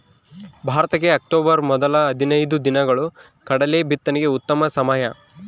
ಭಾರತಕ್ಕೆ ಅಕ್ಟೋಬರ್ ಮೊದಲ ಹದಿನೈದು ದಿನಗಳು ಕಡಲೆ ಬಿತ್ತನೆಗೆ ಉತ್ತಮ ಸಮಯ